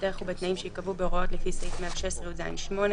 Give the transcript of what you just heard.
בדרך ובתנאים שייקבעו בהוראות לפי סעיף 116יז8."